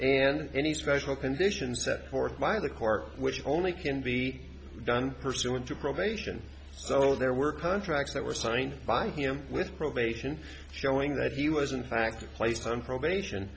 and any special conditions set forth by the court which only can be done pursuant to probation so there were contracts that were signed by him with probation showing that he wasn't fact placed on probation